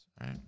right